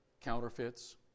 counterfeits